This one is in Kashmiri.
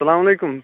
السَلامُ علیکُم